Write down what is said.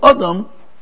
Adam